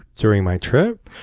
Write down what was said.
during my trip?